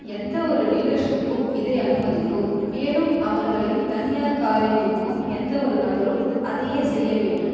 எந்தவொரு டீலர்ஷிப்பும் இதை அனுமதிக்கும் மேலும் அவர்களின் தனியார் காரை விற்கும் எந்தவொரு நபரும் அதையே செய்ய வேண்டும்